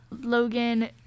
Logan